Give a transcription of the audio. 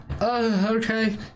okay